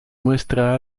muestra